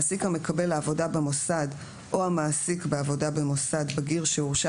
"(1) מעסיק המקבל לעבודה במוסד או המעסיק בעבודה במוסד בגיר שהורשע